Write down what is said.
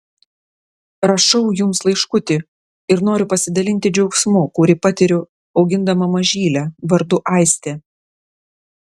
rašau jums laiškutį ir noriu pasidalinti džiaugsmu kurį patiriu augindama mažylę vardu aistė